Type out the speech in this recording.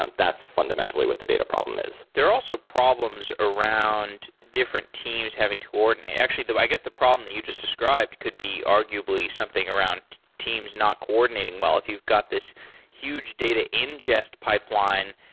um that's fundamentally what the data problem is there are also problems around different teams having to coordinate. actually though, i guess the problem that you just described could be arguably something around teams not coordinating well. if you've got this huge data ingest pipeline,